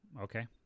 Okay